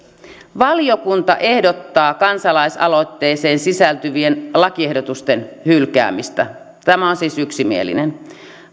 valiokunta ehdottaa kansalaisaloitteeseen sisältyvien lakiehdotusten hylkäämistä tämä on siis yksimielinen